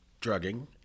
drugging